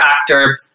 actor